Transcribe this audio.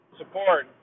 support